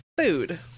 food